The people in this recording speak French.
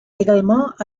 également